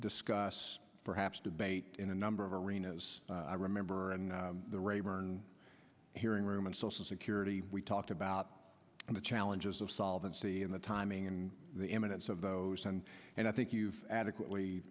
discuss perhaps debate in a number of arenas i remember in the rayburn hearing room and social security we talked about the challenges of solvency and the timing and the imminence of those and and i think you've adequately